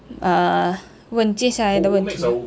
uh 问接下来的问题